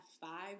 five